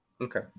Okay